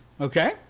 Okay